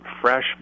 Fresh